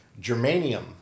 Germanium